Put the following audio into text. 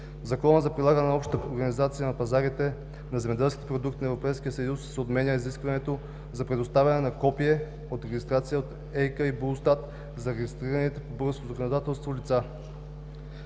Закона за прилагане на Общата организация на пазарите на земеделски продукти на Европейския съюз се отменя изискването за предоставяне на копие от регистрация по ЕИК/БУЛСТАТ за регистрираните по българското законодателство лица.